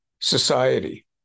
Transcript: society